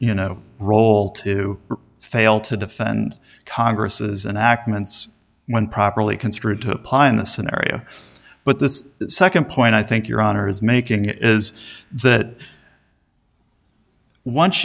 you know roll to fail to defend congresses and ackerman's when properly construed to apply in the scenario but the nd point i think your honor is making is that once